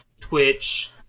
Twitch